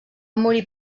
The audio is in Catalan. morir